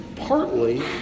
Partly